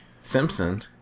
Simpson